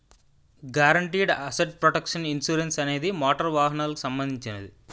guaranteed asset protection insurance అనేది motor వాహనాలకు సంబంధించినది